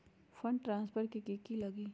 Fund transfer कि की लगी?